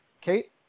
Kate